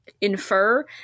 infer